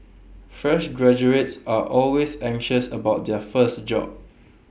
fresh graduates are always anxious about their first job